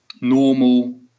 normal